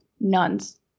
nuns